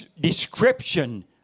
description